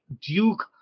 Duke